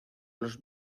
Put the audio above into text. los